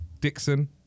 dixon